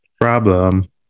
problem